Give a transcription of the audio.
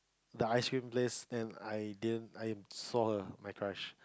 the ice cream place and I didn't I saw her my crush